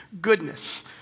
goodness